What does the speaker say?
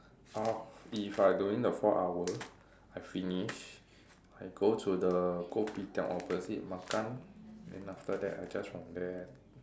uh if I doing the four hour I finish I go to the kopitiam opposite makan then after that I just from there